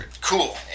Cool